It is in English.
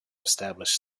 establish